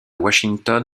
washington